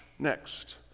Next